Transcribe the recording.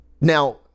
Now